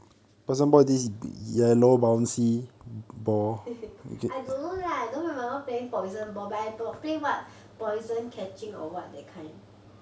I don't know lah I don't remember playing poison ball but I got remember playing poison catching or what that kind